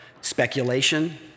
speculation